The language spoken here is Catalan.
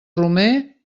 romer